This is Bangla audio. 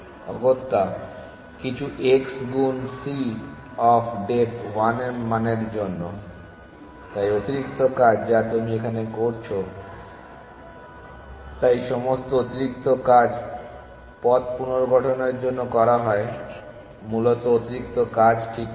অগত্যা কিছু x গুণ c অফ ডেপ্থ 1 এর মানের জন্য তাই অতিরিক্ত কাজ যা তুমি এখানে করছো তাই সমস্ত অতিরিক্ত কাজ পথ পুনর্গঠনের জন্য করা হয় মূলত অতিরিক্ত কাজ ঠিক কত